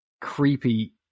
creepy